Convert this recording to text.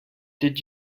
did